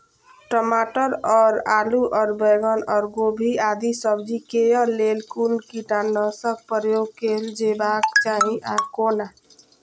टमाटर और आलू और बैंगन और गोभी आदि सब्जी केय लेल कुन कीटनाशक प्रयोग कैल जेबाक चाहि आ कोना?